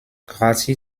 grassi